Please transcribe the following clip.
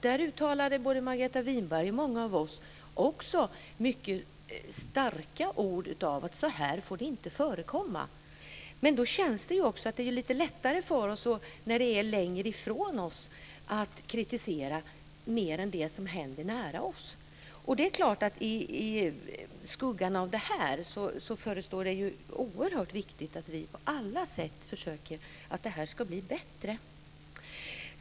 Då uttalade Margareta Winberg och många av oss också mycket starka ord om att det inte fick vara så. Men det känns ju lite lättare för oss att kritisera något som sker längre ifrån oss än det som händer nära oss. Det är klart att det i skuggan av detta är oerhört viktigt att vi på alla sätt försöker se till att det blir bättre.